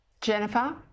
Jennifer